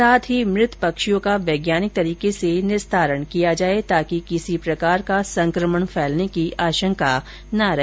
साथ ही मृत पक्षियों का वैज्ञानिक तरीके से निस्तारण किया जाए ताकि किसी प्रकार का संक्रमण फैलने की आशंका नहीं रहे